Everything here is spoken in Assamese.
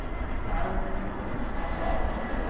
তাৰ পাছত